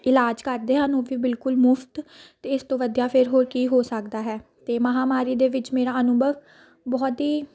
ਇਲਾਜ ਕਰਦੇ ਹਨ ਉਹ ਵੀ ਬਿਲਕੁਲ ਮੁਫਤ ਅਤੇ ਇਸ ਤੋਂ ਵਧੀਆ ਫਿਰ ਹੋਰ ਕੀ ਹੋ ਸਕਦਾ ਹੈ ਅਤੇ ਮਹਾਂਮਾਰੀ ਦੇ ਵਿੱਚ ਮੇਰਾ ਅਨੁਭਵ ਬਹੁਤ ਹੀ